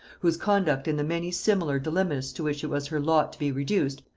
whose conduct in the many similar dilemmas to which it was her lot to be reduced,